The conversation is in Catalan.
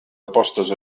apostes